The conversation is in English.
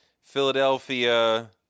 Philadelphia